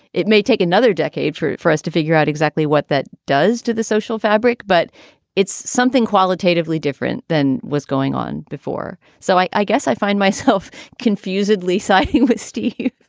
it may take another decade true for us to figure out exactly what that does to the social fabric. but it's something qualitatively different than was going on before. so i guess i find myself confusedly siding with steve